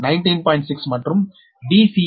6 மற்றும் dc1a20